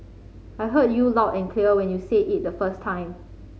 I heard you loud and clear when you said it the first time